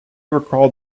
recalled